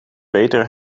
beter